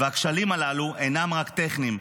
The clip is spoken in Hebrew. והכשלים הללו אינם רק טכניים,